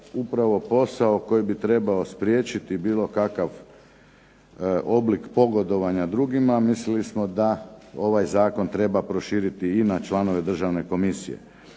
upravo posao koji bi trebao spriječiti bilo kakav oblik pogodovanja drugima. Mislili smo da ovaj zakon treba proširiti i na članove državne komisije.